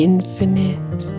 infinite